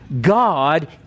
God